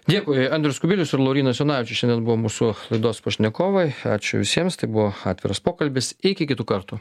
dėkui andrius kubilius ir laurynas jonavičius šiandien mūsų laidos pašnekovai ačiū visiems tai buvo atviras pokalbis iki kitų kartų